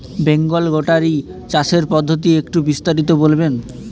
Bengal goatery চাষের পদ্ধতি একটু বিস্তারিত বলবেন?